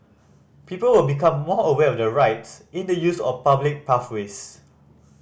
people will become more aware of their rights in the use of public pathways